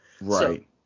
Right